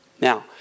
Now